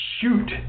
shoot